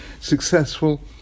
successful